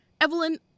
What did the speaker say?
Evelyn